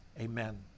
Amen